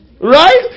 Right